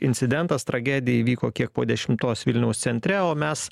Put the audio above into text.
incidentas tragedija įvyko kiek po dešimtos vilniaus centre o mes